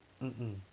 um um